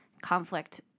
conflict